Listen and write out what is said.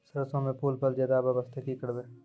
सरसों म फूल फल ज्यादा आबै बास्ते कि करबै?